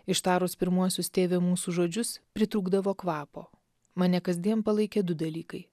ištarus pirmuosius tėve mūsų žodžius pritrūkdavo kvapo mane kasdien palaikė du dalykai